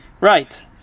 right